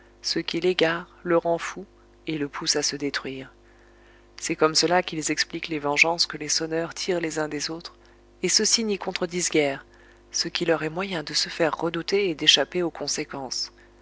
ce qui l'égare le rend fou et le pousse à se détruire c'est comme cela qu'ils expliquent les vengeances que les sonneurs tirent les uns des autres et ceux-ci n'y contredisent guère ce qui leur est moyen de se faire redouter et d'échapper aux conséquences